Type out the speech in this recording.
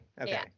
Okay